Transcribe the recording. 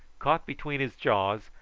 caught between his jaws,